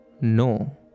no